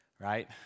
Right